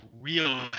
real